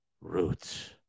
roots